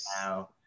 now